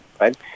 right